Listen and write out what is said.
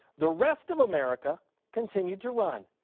the rest of america continued to run.